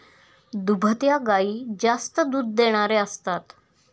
दुभत्या गायी जास्त दूध देणाऱ्या असतात